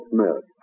Smith